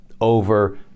over